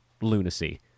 lunacy